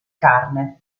carne